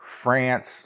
France